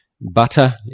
butter